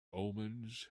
omens